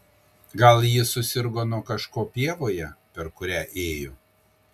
gal ji susirgo nuo kažko pievoje per kurią ėjo